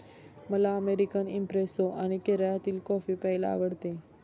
मला American espresso आणि केरळातील कॉफी प्यायला आवडते